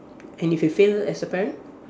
and if you fail as a parent